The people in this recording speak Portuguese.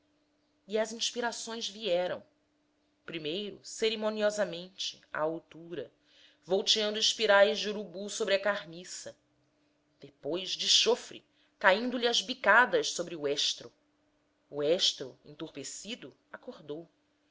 e as inspirações vieram primeiro cerimoniosamente à altura volteando espirais de urubu sobre a carniça depois de chofre caindo-lhe às bicadas sobre o estro o estro entorpecido acordou